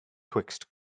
twixt